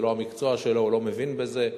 זה לא המקצוע שלו, הוא לא מבין בזה,